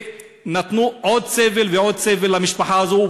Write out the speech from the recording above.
ונתנו עוד סבל ועוד סבל למשפחה הזאת,